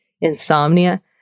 insomnia